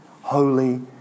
holy